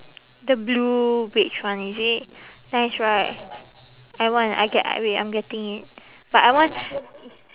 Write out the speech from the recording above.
the blue beige one is it nice right I want I get I wait I'm getting it but I want